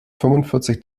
fünfundvierzig